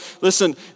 listen